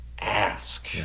ask